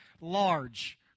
large